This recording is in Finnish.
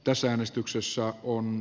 tässä äänestyksessä on